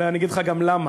אני אגיד לך גם למה.